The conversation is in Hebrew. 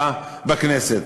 בכנסת.